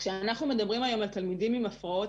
כשאנחנו מדברים היום על תלמידים עם הפרעות